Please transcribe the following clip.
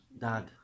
dad